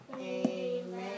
Amen